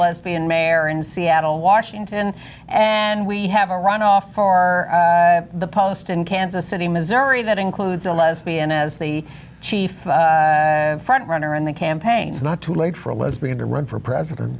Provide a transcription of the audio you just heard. lesbian mayor in seattle washington and we have a runoff for the post in kansas city missouri that includes a lesbian as the chief front runner in the campaigns not to late for a lesbian to run for president